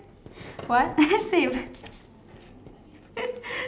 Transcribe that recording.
what same